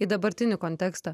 į dabartinį kontekstą